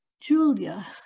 Julia